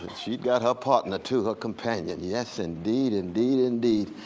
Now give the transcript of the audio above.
she got her partner too, her companion. yes indeed, indeed, indeed.